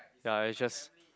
ya it's just